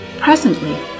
Presently